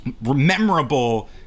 memorable